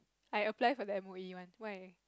I apply for the M_O_E one why